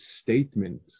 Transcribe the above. statement